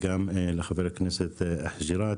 וגם לחבר הכנסת חוג'יראת.